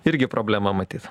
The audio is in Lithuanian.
irgi problema matyt